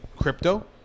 crypto